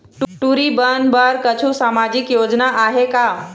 टूरी बन बर कछु सामाजिक योजना आहे का?